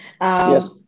Yes